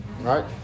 right